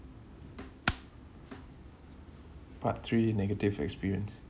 part three negative experience